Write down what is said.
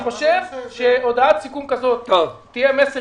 אני חושב שהודעת סיכום כזאת תהיה מסר